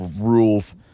rules